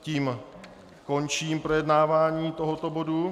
Tím končím projednávání tohoto bodu.